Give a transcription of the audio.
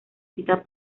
cita